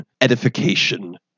edification